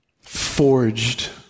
forged